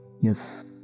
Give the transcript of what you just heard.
yes